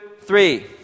three